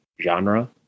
genre